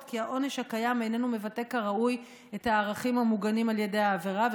כי העונש הקיים איננו מבטא כראוי את הערכים המוגנים על ידי העבירה,